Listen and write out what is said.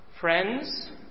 friends